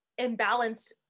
imbalanced